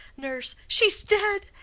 nurse. she's dead,